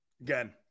Again